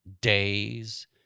days